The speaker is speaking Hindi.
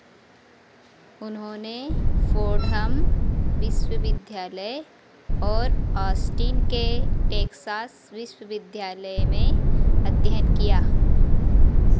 उन्होंने फोर्डहम विश्वविद्यालय और ऑस्टिन के टेक्सास विश्वविद्यालय में अध्ययन किया